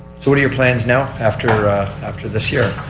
so what are your plans now after after this year?